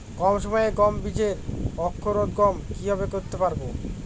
কম সময়ে গম বীজের অঙ্কুরোদগম কিভাবে করতে পারব?